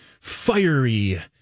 fiery